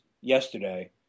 yesterday